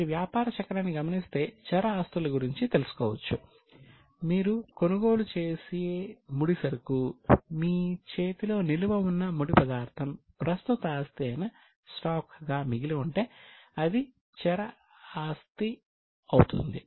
మీరు వ్యాపార చక్రాన్ని గమనిస్తే చర ఆస్తుల గురించి తెలుసుకోవచ్చు మీరు కొనుగోలు చేసే ముడిసరుకు మీ చేతిలో నిలువ ఉన్న ముడి పదార్థం ప్రస్తుత ఆస్తి అయిన స్టాక్గా మిగిలి ఉంటే అది చర ఆస్తి అవుతుంది